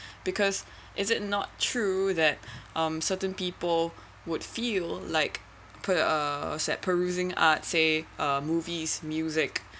because is it not true that um certain people would feel like uh perusing arts say uh movies music